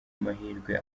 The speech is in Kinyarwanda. mahirwe